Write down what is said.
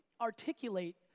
articulate